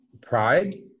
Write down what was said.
Pride